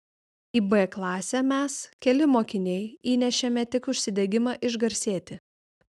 į b klasę mes keli mokiniai įnešėme tik užsidegimą išgarsėti